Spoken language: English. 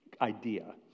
idea